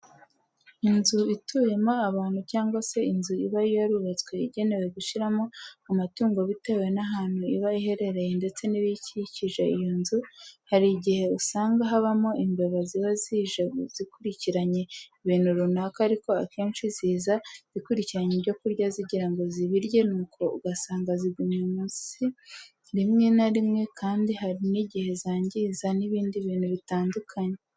Inzu ituyemo abantu cyangwa se inzu iba yarubatswe igenewe gushyiramo amatungo bitewe n'ahantu iba iherereye ndetse n'ibikikije iyo nzu, hari igihe usanga habamo imbeba ziba zije zikurikiranye ibintu runaka ariko akenshi ziza zikurikiranye ibyo kurya zigira ngo zibirye nuko ugasanga zigumye munsi rimwe na rimwe kandi hari n'igihe zangiza n'ibindi bintu bitandukanye.